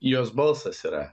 jos balsas yra